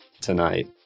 tonight